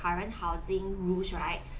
current housing rules right